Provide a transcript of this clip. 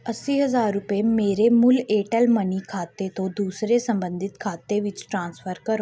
ਅੱਸੀ ਹਜ਼ਾਰ ਰੁਪਏ ਮੇਰੇ ਮੂਲ ਏਅਰਟੈੱਲ ਮਨੀ ਖਾਤੇ ਤੋਂ ਦੂਸਰੇ ਸੰਬੰਧਿਤ ਖਾਤੇ ਵਿੱਚ ਟ੍ਰਾਂਸਫਰ ਕਰੋ